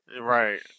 right